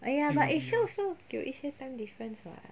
!aiya! but asia also 有一些 time difference [what]